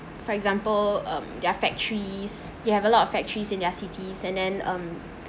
for example um their factories you have a lot of factories in their cities and then um